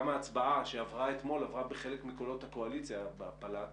גם ההצבעה שעברה אתמול עברה בחלק מקולות הקואליציה בהפלת